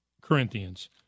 Corinthians